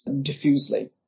diffusely